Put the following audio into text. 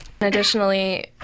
Additionally